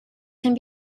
can